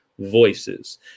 voices